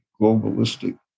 globalistic